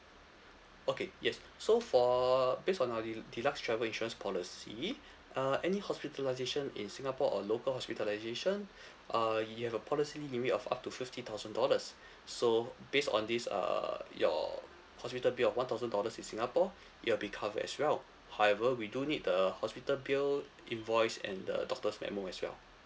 okay yes so for based on our del~ deluxe travel insurance policy uh any hospitalisation in singapore or local hospitalisation uh you have a policy limit of up to fifty thousand dollars so based on this uh your hospital bill of one thousand dollars in singapore it'll be covered as well however we do need the hospital bill invoice and the doctor's memo as well